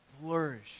flourish